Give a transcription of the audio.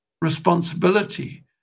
responsibility